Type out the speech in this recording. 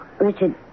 Richard